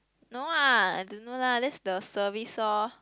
no ah I don't know lah that's the service lor